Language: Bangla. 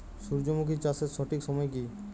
সূর্যমুখী চাষের সঠিক সময় কি?